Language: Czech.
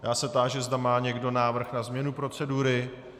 Já se táži, zda má někdo návrh na změnu procedury.